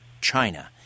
China